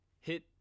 hit